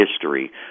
history